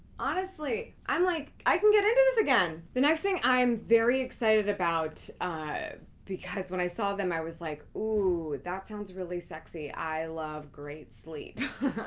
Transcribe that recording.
honestly, i'm like i can get into this again. the next thing i am very excited about because when i saw them i was like ooh, that sounds really sexy, i love great sleep,